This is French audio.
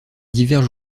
divers